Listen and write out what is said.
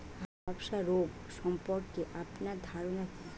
আলু ধ্বসা রোগ সম্পর্কে আপনার ধারনা কী?